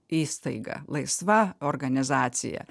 įstaiga laisva organizacija